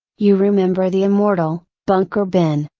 you remember the immortal, bunker bean,